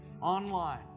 online